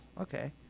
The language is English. okay